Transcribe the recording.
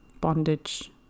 bondage